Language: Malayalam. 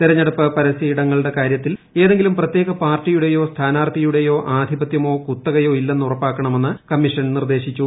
തിരഞ്ഞെടുപ്പ് പരസ്യഇടങ്ങളുടെ കാര്യത്തിൽ സ്ഥലത്ത് ഏതെങ്കിലും പ്രത്യേക പാർട്ടിയുടെയോ സ്ഥാനാർത്ഥിയുടെയോ ആധിപത്യമോ കുത്തകയോട് ഇല്ലെണ്ന് ഉറപ്പാക്കണമെന്ന് കമ്മീഷൻ നിർദ്ദേശിച്ചു